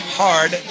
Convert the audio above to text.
hard